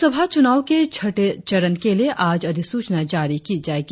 लोकसभा चुनाव के छठे चरण के लिए आज अधिसूचना जारी की जाएगी